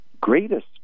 greatest